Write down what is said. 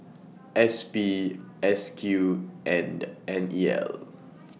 S P S Q and N E L